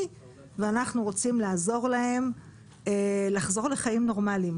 ואנחנו רוצים לעזור להם לחזור לחיים נורמליים,